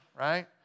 right